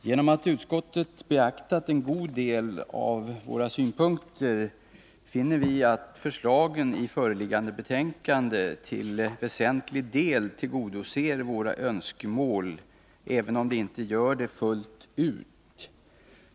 Genom att utskottet beaktat en god del av våra synpunkter finner vi att förslagen i föreliggande betänkande till väsentlig grad tillgodoser våra önskemål, även om de inte gör det fullt ut.